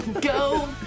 go